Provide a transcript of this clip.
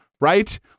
Right